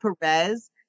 Perez